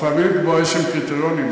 אנחנו חייבים לקבוע איזשהם קריטריונים.